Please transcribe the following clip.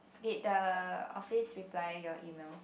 did the office reply your email